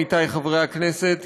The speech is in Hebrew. עמיתיי חברי הכנסת,